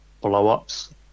blow-ups